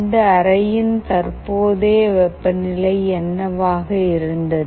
இந்த அறையின் தற்போதைய வெப்பநிலை என்னவாக இருந்தது